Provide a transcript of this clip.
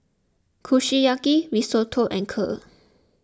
Kushiyaki Risotto and Kheer